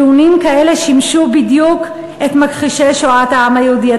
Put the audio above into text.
טיעונים כאלה בדיוק שימשו את מכחישי שואת העם היהודי.